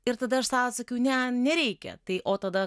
ir tada aš sau atsakiau ne nereikia tai o tada